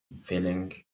feeling